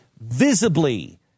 visibly